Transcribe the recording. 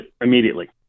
immediately